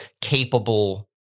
capable